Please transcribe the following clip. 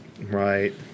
right